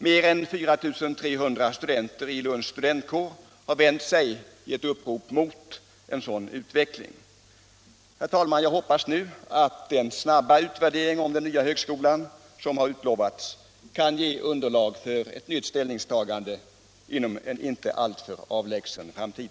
Mer än 4 300 studenter i Lunds studentkår har i ett upprop vänt sig emot en sådan utveckling. Herr talman! Jag hoppas nu att den utlovade snabba utvärderingen i fråga om den nya högskolan kan ge underlag för ett nytt ställningstagande inom en inte alltför avlägsen framtid.